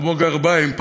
כמו גרביים.